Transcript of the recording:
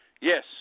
Yes